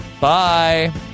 Bye